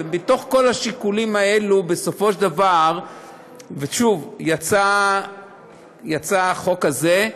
ובתוך כל השיקולים האלה בסופו של דבר יצא החוק הזה.